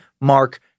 Mark